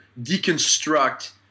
deconstruct